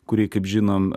kurį kaip žinom